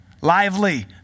Lively